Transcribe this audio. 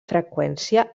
freqüència